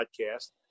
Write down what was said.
podcast